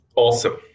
Awesome